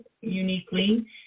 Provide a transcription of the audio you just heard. uniquely